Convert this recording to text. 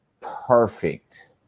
perfect